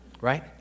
right